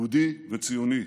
יהודי וציוני,